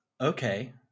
okay